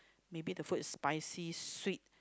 maybe the food is spicy sweet